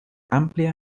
amplia